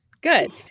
good